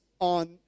on